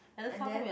and then